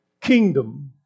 kingdom